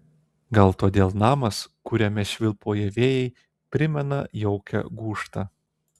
gal todėl namas kuriame švilpauja vėjai primena jaukią gūžtą